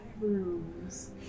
rooms